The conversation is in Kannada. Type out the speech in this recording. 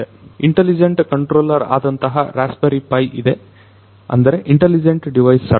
ಇಂಟಲಿಜೆಂಟ್ ಕಂಟ್ರೋಲರ್ ಆದಂತಹ ರಸ್ಪಿಬೆರಿ ಪೈ ಇದೆ ಅಂದ್ರೆ ಇಂಟಲಿಜೆಂಟ್ ಡಿವೈಸ್ ಸರ್ವರ್